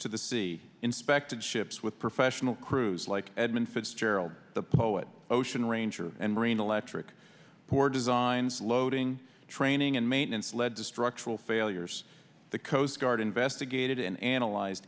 to the sea inspected ships with professional crews like edmund fitzgerald the poet ocean ranger and marine electric port designs loading training and maintenance lead to structural failures the coast guard investigated and analyze